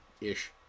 ish